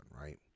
right